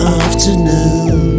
afternoon